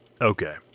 Okay